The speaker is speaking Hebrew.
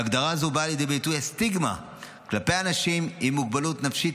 בהגדרה זו באה לידי ביטוי הסטיגמה כלפי אנשים עם מוגבלות נפשית,